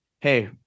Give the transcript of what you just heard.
hey